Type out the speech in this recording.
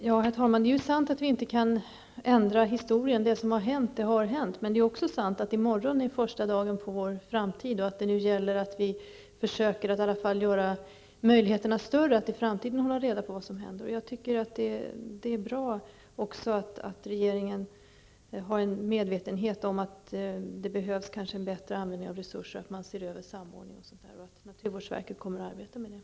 Herr talman! Det är sant att vi inte kan ändra historien; det som har hänt har hänt. Det är också sant att i morgon är den första dagen av vår framtid och att det gäller för oss att i alla fall försöka göra möjligheterna större att i framtiden hålla reda på vad som händer. Det är bra att det inom regeringen finns en medvetenhet om att det kanske behövs en bättre användning av resurser, att man ser över samordningen och att naturvårdsverket kommer att arbeta med detta.